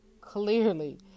clearly